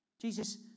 Jesus